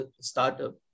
startup